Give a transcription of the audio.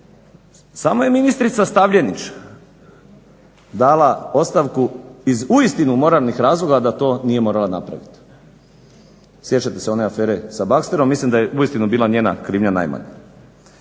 samo je ministrica Stavljenić dala ostavku iz uistinu moralnih razloga, a da to nije morala napraviti. Sjećate se one afere sa Baxterom. Mislim da je uistinu bila njena krivnja najmanja.